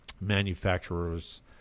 manufacturer's